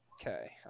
Okay